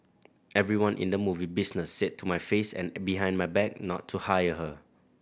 everyone in the movie business said to my face and behind my back not to hire her